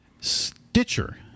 Stitcher